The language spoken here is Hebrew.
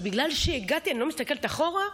אז בגלל שהגעתי אני לא מסתכלת אחורה?